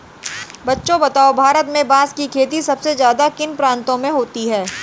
बच्चों बताओ भारत में बांस की खेती सबसे ज्यादा किन प्रांतों में होती है?